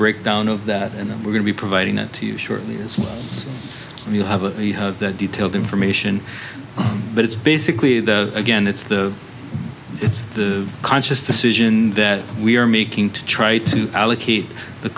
breakdown of that and we're going to be providing it to you shortly as well and you have a detailed information but it's basically that again it's the it's the conscious decision that we are making to try to allocate the